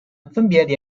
分别